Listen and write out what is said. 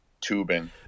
tubing